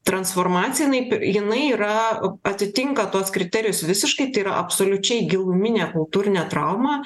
transformacija jinai p jinai yra atitinka tuos kriterijus visiškai tai yra absoliučiai giluminė kultūrinė trauma